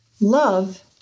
Love